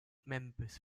members